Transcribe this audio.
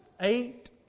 eight